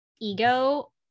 ego